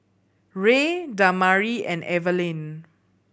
Rey Damari and Evalyn